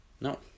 No